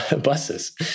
buses